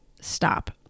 stop